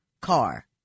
car